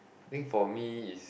think for me is